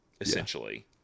essentially